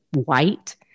white